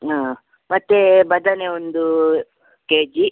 ಹಾಂ ಮತ್ತು ಬದನೆ ಒಂದು ಕೆ ಜಿ